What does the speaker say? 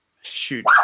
shoot